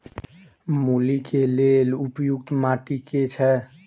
मूली केँ लेल उपयुक्त माटि केँ छैय?